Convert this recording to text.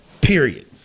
Period